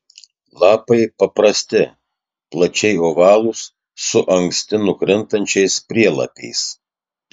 lapai paprasti plačiai ovalūs su anksti nukrintančiais prielapiais